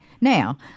Now